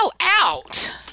out